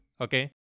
Okay